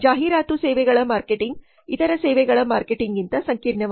ಜಾಹೀರಾತು ಸೇವೆಗಳ ಮಾರ್ಕೆಟಿಂಗ್ ಇತರ ಸೇವೆಗಳ ಮಾರುಕಟ್ಟೆಗಿಂತ ಸಂಕೀರ್ಣವಾಗಿದೆ